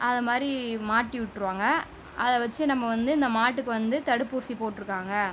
அத மாரி மாட்டி விட்டுருவாங்க அதை வச்சு நம்ம வந்து இந்த மாட்டுக்கு வந்து தடுப்பூசி போட்டுருக்காங்க